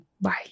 bye